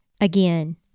again